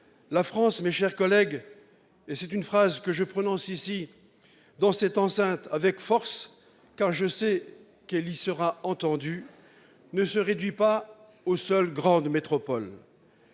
La France, mes chers collègues- c'est une phrase que je prononce dans cette enceinte avec force, car je sais qu'elle y sera entendue -ne se réduit pas aux seules grandes métropoles.